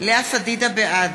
בעד